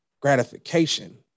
gratification